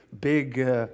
big